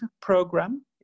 program